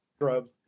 grubs